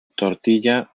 tortilla